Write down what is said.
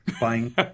buying